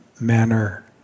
manner